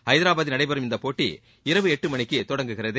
ஹைதராபாத்தில் நடைபெறும் இப்போட்டி இரவு எட்டு மணிக்கு தொடங்குகிறது